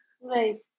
Right